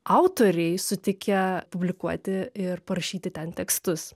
autoriai sutikę publikuoti ir parašyti ten tekstus